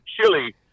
chili